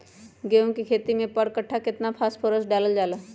गेंहू के खेती में पर कट्ठा केतना फास्फोरस डाले जाला?